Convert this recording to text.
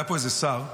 היה פה איזה שר,